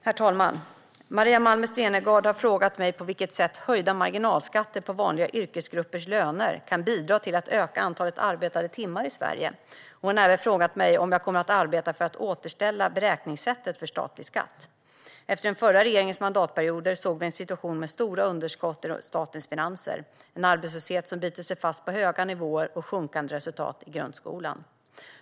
Herr talman! Maria Malmer Stenergard har frågat mig på vilket sätt höjda marginalskatter på vanliga yrkesgruppers löner kan bidra till att öka antalet arbetade timmar i Sverige. Hon har även frågat mig om jag kommer att arbeta för att återställa beräkningssättet för statlig skatt. Efter den förra regeringens mandatperioder såg vi en situation med stora underskott i statens finanser, en arbetslöshet som hade bitit sig fast på höga nivåer och sjunkande resultat i grundskolan.